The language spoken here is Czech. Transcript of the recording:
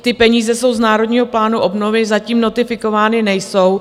Ty peníze jsou z Národního plánu obnovy, zatím notifikovány nejsou.